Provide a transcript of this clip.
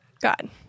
God